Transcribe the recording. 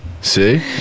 see